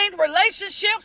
relationships